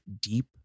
deep